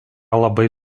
labai